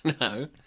No